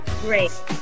Great